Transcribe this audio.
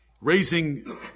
raising